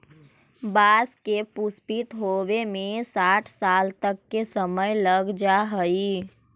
बाँस के पुष्पित होवे में साठ साल तक के समय लग जा हइ